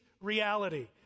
reality